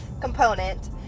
Component